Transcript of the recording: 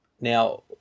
Now